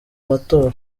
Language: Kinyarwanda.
matora